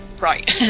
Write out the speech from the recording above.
right